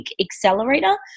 accelerator